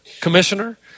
commissioner